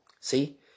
See